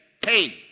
paid